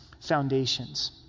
foundations